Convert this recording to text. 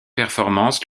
performances